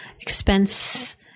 expense